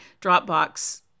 Dropbox